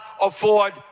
afford